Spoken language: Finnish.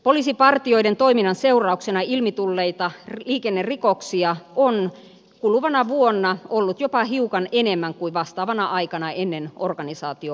poliisipartioiden toiminnan seurauksena ilmi tulleita liikennerikoksia on kuluvana vuonna ollut jopa hiukan enemmän kuin vastaavana aikana ennen organisaatiouudistusta